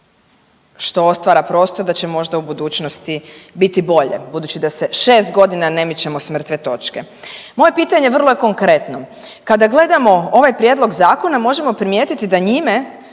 što otvara prostor da će možda u budućnosti biti bolje budući da se šest godina ne mičemo s mrtve točke. Moje pitanje vrlo je konkretno. Kada gledamo ovaj prijedlog zakona možemo primijetiti da njime,